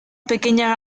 pequeña